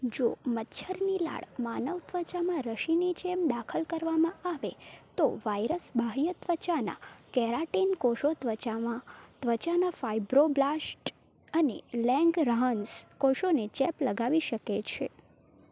જો મચ્છરની લાળ માનવ ત્વચામાં રસીની જેમ દાખલ કરવામાં આવે તો વાયરસ બાહ્યત્વચાના કેરાટિન કોષો ત્વચામાં ત્વચાના ફાઇબ્રો બ્લાસ્ટ અને લેંગરહાન્સ કોષોને ચેપ લગાવી શકે છે